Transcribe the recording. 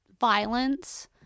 violence